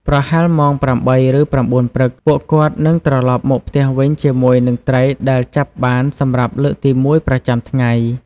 ប្រហែលម៉ោង ៨ ឬ ៩ ព្រឹក ពួកគាត់នឹងត្រឡប់មកផ្ទះវិញជាមួយនឹងត្រីដែលចាប់បានសម្រាប់លើកទីមួយប្រចាំថ្ងៃ។